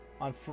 on